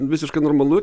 visiškai normalu